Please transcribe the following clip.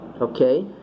Okay